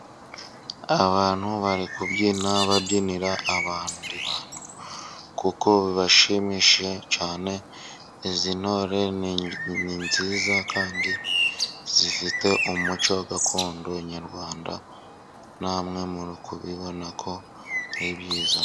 Abantu bari kubyina babyinira abandi bantu, kuko bashimishije cyane. Izi ntore ni nziza kandi zifite umuco gakondo nyarwanda, namwe muri kubibona ko ari byiza.